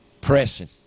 pressing